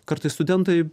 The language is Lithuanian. kartais studentai